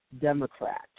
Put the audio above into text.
Democrat